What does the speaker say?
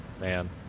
Man